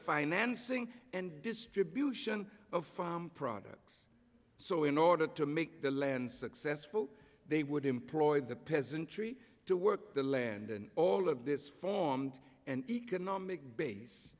financing and distribution of products so in order to make the land successful they would employ the peasantry to work the land and all of this formed an economic base